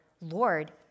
Lord